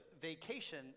vacation